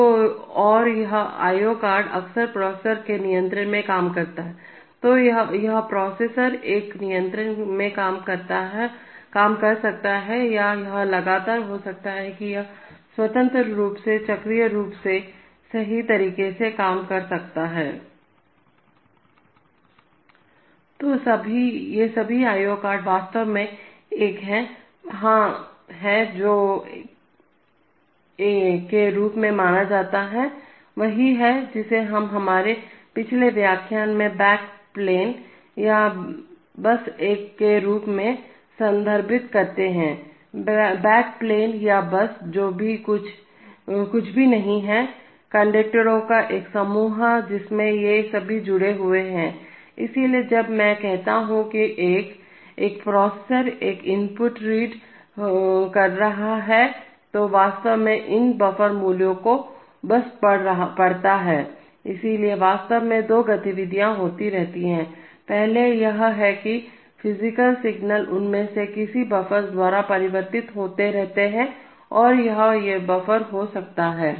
तो और यह I O कार्ड अक्सर प्रोसेसर के नियंत्रण में काम करता है यह प्रोसेसर के नियंत्रण में काम कर सकता है या यह लगातार हो सकता है या यह स्वतंत्र रूप से चक्रीय रूप से सही तरीके से काम कर सकता है